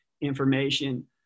information